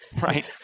right